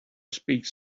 speaks